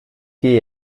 geh